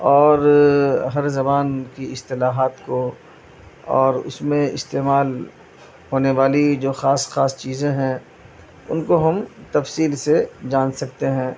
اور ہر زبان کی اصطلاحات کو اور اس میں استعمال ہونے والی جو خاص خاص چیزیں ہیں ان کو ہم تفصیل سے جان سکتے ہیں